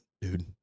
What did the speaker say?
dude